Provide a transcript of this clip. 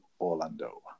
Orlando